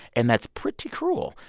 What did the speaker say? and that's pretty cruel.